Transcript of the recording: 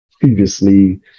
previously